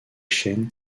chain